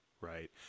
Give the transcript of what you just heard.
Right